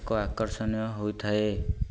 ଏକ ଆକର୍ଷଣୀୟ ହୋଇଥାଏ